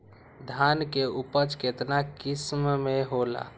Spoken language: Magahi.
धान के उपज केतना किस्म के होला?